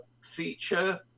feature